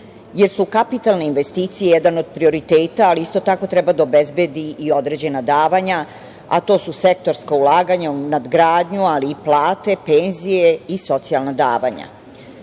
jer su kapitalne investicije jedan od prioriteta, ali isto tako treba da obezbedi i određena davanja, a to su sektorska ulaganja u nadgradnju, ali i plate, penzije i socijalna davanja.S